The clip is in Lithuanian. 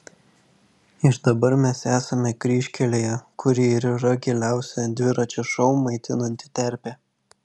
ir dabar mes esame kryžkelėje kuri ir yra giliausia dviračio šou maitinanti terpė